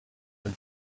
and